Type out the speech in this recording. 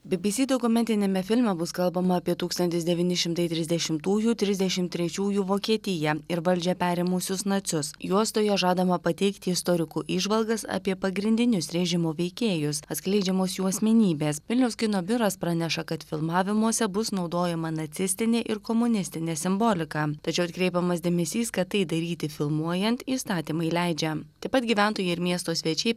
by by sy dokumentiniame filme bus kalbama apie tūkstantis devyni šimtai trisdešimtųjų trisdešimt trečiųjų vokietiją ir valdžią perėmusius nacius juostoje žadama pateikti istorikų įžvalgas apie pagrindinius režimo veikėjus atskleidžiamos jų asmenybės vilniaus kino biuras praneša kad filmavimuose bus naudojama nacistinė ir komunistinė simbolika tačiau atkreipiamas dėmesys kad tai daryti filmuojant įstatymai leidžia taip pat gyventojai ir miesto svečiai